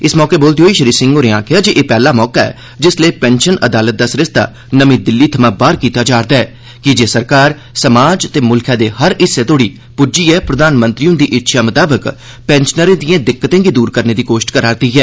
इस मौके बोलदे होई श्री सिंह होरें आक्खेआ जे एह पैहला मौका ऐ जे जिसलै पेंशन अदालत दा सरिस्ता नमीं दिल्ली थमां बाहर कीता जा'रदा ऐ कीजे सरकार ते मुल्खै दे हर हिस्से तोड़ी प्रधानमंत्री हुंदी इच्छा मताबक पेंशनरें दिए दिक्कतें गी दूर करने दी कोश्ट करा करदी ऐ